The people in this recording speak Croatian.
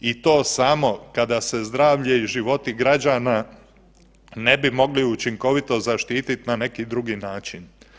I to samo kada se zdravlje i životi građana ne bi mogli učinkovito zaštiti na neki drugi način.